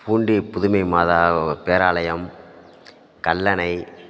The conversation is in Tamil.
பூண்டி புதுமை மாதா பேராலயம் கல்லணை